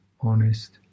honest